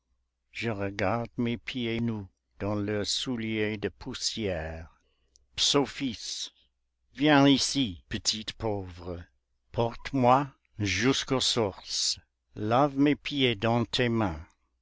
je regarde mes pieds nus dans leurs souliers de poussière psophis viens ici petite pauvre porte moi jusqu'aux sources lave mes pieds dans tes mains